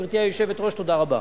גברתי היושבת-ראש, תודה רבה.